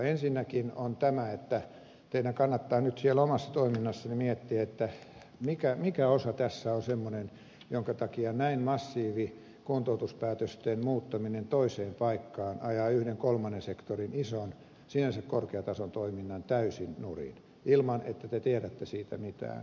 ensinnäkin on tämä että teidän kannattaa nyt siellä omassa toiminnassanne miettiä mikä osa tässä on semmoinen jonka takia näin massiivi kuntoutuspäätösten muuttaminen toiseen paikkaan ajaa yhden kolmannen sektorin ison sinänsä korkean tason toiminnan täysin nurin ilman että te tiedätte siitä mitään